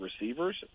receivers